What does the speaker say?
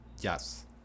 Yes